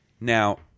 Now